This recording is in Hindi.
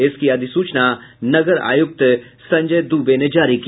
इसकी अधिसूचना नगर आयुक्त संजय दुबे ने जारी की